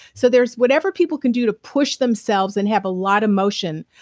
so there's whatever people can do to push themselves and have a lot of motion,